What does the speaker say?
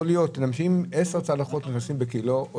יכול להיות שאם נשים 10 צלחות בקילו או